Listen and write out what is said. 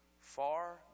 far